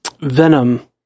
Venom